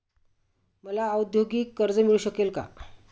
मला औद्योगिक कर्ज मिळू शकेल का?